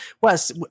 Wes